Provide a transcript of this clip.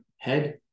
head